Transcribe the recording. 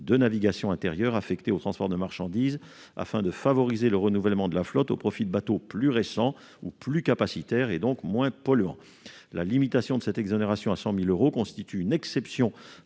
de navigation intérieure affectés au transport de marchandises, afin de favoriser le renouvellement de la flotte au profit de bateaux plus récents ou plus capacitaires, et donc moins polluants. La limitation de cette exonération à 100 000 euros constitue une exception